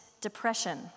Depression